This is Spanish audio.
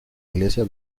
iglesia